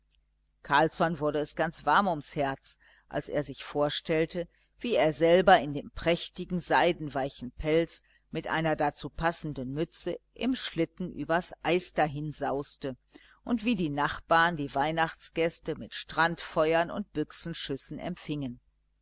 carlsson wurde es ganz warm ums herz als er sich vorstellte wie er selber in dem prächtigen seidenweichen pelz mit einer dazu passenden mütze im schlitten übers eis dahinsauste und wie die nachbarn die weihnachtsgäste mit strandfeuern und büchsenschüssen empfingen